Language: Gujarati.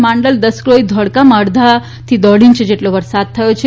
માંડલ દસક્રોઇ ધોળકામાં અડધાથી દોઢ ઇંચ વરસાદ થયો છે